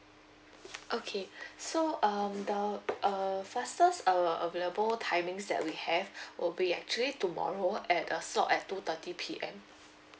okay so um the uh fastest uh available timings that we have will be actually tomorrow at a slot at two thirty P_M